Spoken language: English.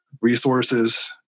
resources